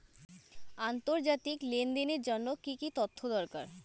আন্তর্জাতিক লেনদেনের জন্য কি কি তথ্য দরকার?